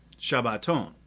Shabbaton